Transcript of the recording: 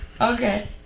Okay